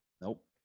Nope